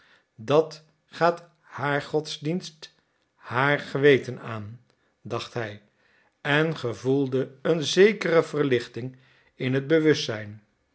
dat gaat haar godsdienst haar geweten aan dacht hij en gevoelde een zekere verlichting in het bewustzijn